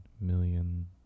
million